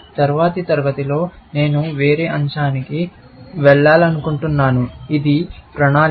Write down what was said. తరువాతి తరగతిలో నేను వేరే అంశానికి వెళ్లాలనుకుంటున్నాను ఇది ప్రణాళిక